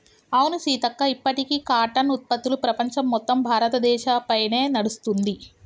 అవును సీతక్క ఇప్పటికీ కాటన్ ఉత్పత్తులు ప్రపంచం మొత్తం భారతదేశ పైనే నడుస్తుంది